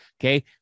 Okay